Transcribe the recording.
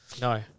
No